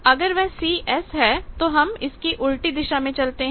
अगर वह Cs है तो हम घड़ी की सुई के उल्टी दिशा में चलते हैं